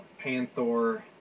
panthor